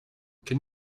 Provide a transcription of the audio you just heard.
can